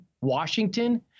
Washington